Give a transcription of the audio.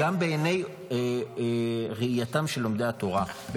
גם בעיניהם ובראייתם של לומדי התורה,